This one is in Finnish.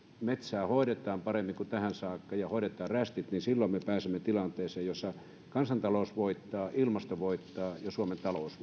metsää hoidetaan paremmin kuin tähän saakka ja hoidetaan rästit silloin me pääsemme tilanteeseen jossa kansantalous voittaa ilmasto voittaa ja suomen talous